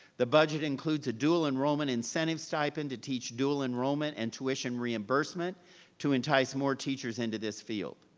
the budget includes a dual enrollment incentive stipend to teach dual enrollment and tuition reimbursement to entice more teachers into this field.